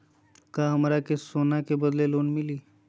का हमरा के सोना के बदले लोन मिलि?